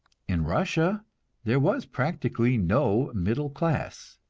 in russia there was practically no middle class,